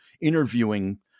interviewing